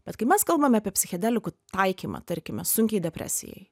bet kai mes kalbam apie psichedelikų taikymą tarkime sunkiajai depresijai